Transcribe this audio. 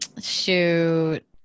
Shoot